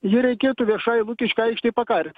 jį reikėtų viešai lukiškių aikštėj pakart